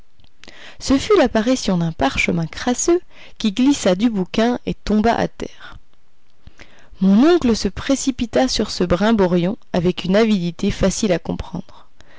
ce fut l'apparition d'un parchemin crasseux qui glissa du bouquin et tomba à terre mon oncle se précipita sur ce brimborion avec une avidité facile à comprendra